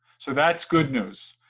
so that's good news,